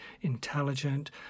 intelligent